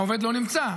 העובד לא נמצא,